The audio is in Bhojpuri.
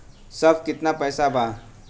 अब कितना पैसा बा?